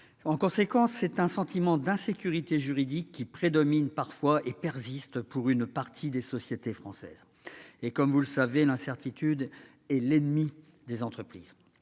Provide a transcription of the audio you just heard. En conséquence, c'est un sentiment d'insécurité juridique qui prédomine parfois et persiste pour une partie des sociétés françaises. Et comme vous le savez, l'incertitude est l'ennemie des entreprises.